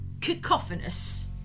cacophonous